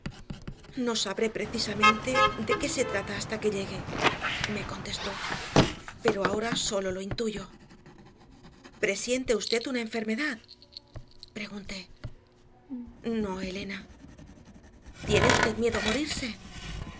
no sabré precisamente de qué se trata hasta que llegue me contestó por ahora sólo lo intuyo presiente usted una enfermedad pregunté no elena tiene usted miedo a morirse